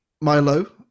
Milo